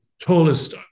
tallest